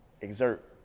exert